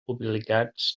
obligats